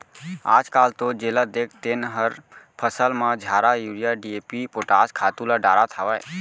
आजकाल तो जेला देख तेन हर फसल म झारा यूरिया, डी.ए.पी, पोटास खातू ल डारत हावय